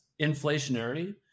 inflationary